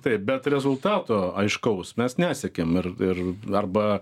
taip bet rezultato aiškaus mes nesiekiam ir ir arba